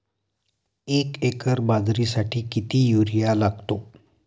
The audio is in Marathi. एक एकर बाजरीसाठी किती युरिया लागतो?